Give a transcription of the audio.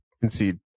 concede